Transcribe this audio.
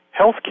healthcare